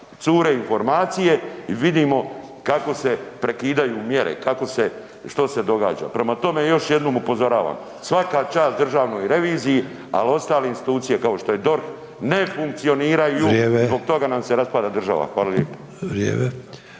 cure informacije i vidimo kako se prekidaju mjere, kako se, što se događa. Prema tome još jednom upozoravam, svaka čast državnoj reviziji, ali ostale institucije kao što je DORH ne funkcioniraju .../Upadica: Vrijeme./... i zbog toga nam se raspada država. Hvala lijepo.